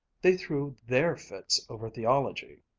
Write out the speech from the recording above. they threw their fits over theology!